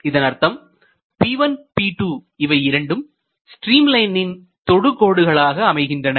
இதன் அர்த்தம் P1P2 இவை இரண்டும் ஸ்ட்ரீம் லைனின் தொடுகோடுகளாக அமைகின்றன